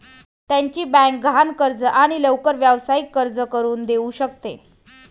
त्याची बँक गहाण कर्ज आणि लवकर व्यावसायिक कर्ज करून देऊ शकते